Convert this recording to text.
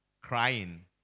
crying